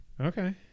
Okay